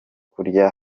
kurya